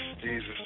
Jesus